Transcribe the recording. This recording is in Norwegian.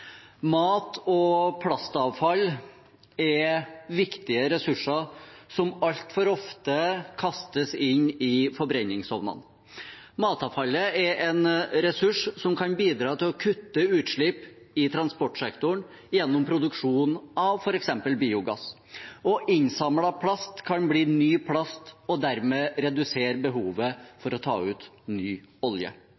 Mat- og plastavfall er viktige ressurser som altfor ofte kastes inn i forbrenningsovnene. Matavfallet er en ressurs som kan bidra til å kutte utslipp i transportsektoren gjennom produksjon av f.eks. biogass, og innsamlet plast kan bli ny plast og dermed redusere behovet